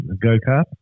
go-kart